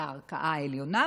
לערכאה העליונה,